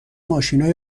ماشینای